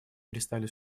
перестали